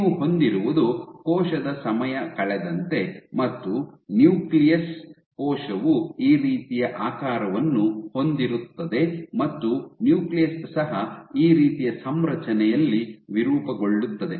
ನೀವು ಹೊಂದಿರುವುದು ಕೋಶದ ಸಮಯ ಕಳೆದಂತೆ ಮತ್ತು ನ್ಯೂಕ್ಲಿಯಸ್ ಕೋಶವು ಈ ರೀತಿಯ ಆಕಾರವನ್ನು ಹೊಂದಿರುತ್ತದೆ ಮತ್ತು ನ್ಯೂಕ್ಲಿಯಸ್ ಸಹ ಈ ರೀತಿಯ ಸಂರಚನೆಯಲ್ಲಿ ವಿರೂಪಗೊಳ್ಳುತ್ತದೆ